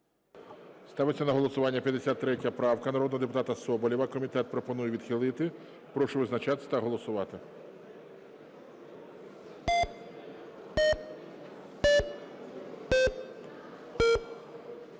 Ставиться на голосування 53 правка народного депутата Соболєва. Комітет пропонує відхилити. Прошу визначатися та голосувати.